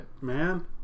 man